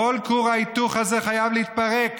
כל כור ההיתוך הזה חייב להתפרק.